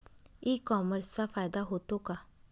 E कॉमर्सचा फायदा होतो का?